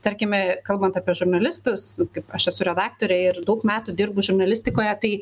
tarkime kalbant apie žurnalistus kaip aš esu redaktorė ir daug metų dirbu žurnalistikoje tai